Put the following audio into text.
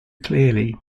clearly